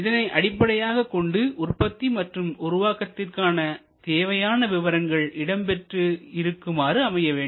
இதனை அடிப்படையாகக் கொண்டு உற்பத்தி மற்றும் உருவாக்கத்திற்கு தேவையான விவரங்கள் இடம்பெற்று இருக்குமாறு அமைய வேண்டும்